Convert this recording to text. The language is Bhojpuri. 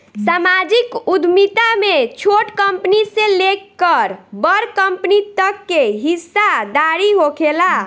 सामाजिक उद्यमिता में छोट कंपनी से लेकर बड़ कंपनी तक के हिस्सादारी होखेला